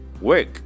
work